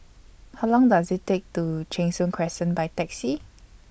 How Long Does IT Take to Cheng Soon Crescent By Taxi